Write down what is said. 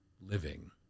living